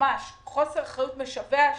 ממש חוסר אחריות משווע.